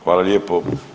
Hvala lijepo.